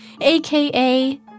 aka